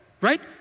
Right